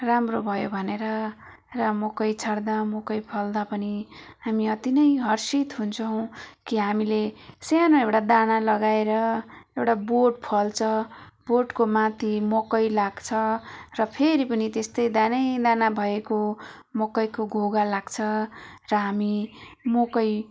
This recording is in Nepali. राम्रो भयो भनेर र मकै छर्दा मकै फल्दा पनि हामी अति नै हर्षित हुन्छौँ कि हामीले सानो एउटा दाना लगाएर एउटा बोट फल्छ बोटको माथि मकै लाग्छ र फेरि पनि त्यस्तै दानैदाना भएको मकैको घोगा लाग्छ र हामी मकै